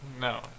no